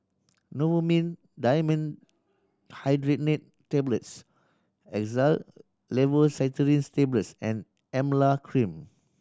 Novomin Dimenhydrinate Tablets Xyzal Levocetirizine Tablets and Emla Cream